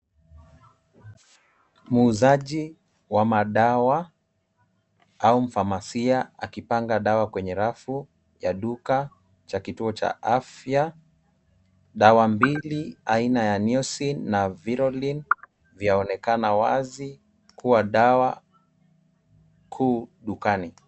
Muuzaji wa madawa au mfamasia akipanga dawa kwenye rafu ya duka cha kituo cha afya. Dawa mbili aina ya newseal na vilorin vyaonekana wazi kuwa dawa kuu dukani.